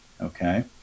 Okay